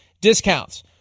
discounts